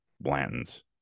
Blanton's